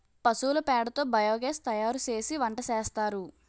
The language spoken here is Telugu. పశువుల పేడ తో బియోగాస్ తయారుసేసి వంటసేస్తారు